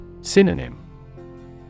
Synonym